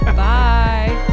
bye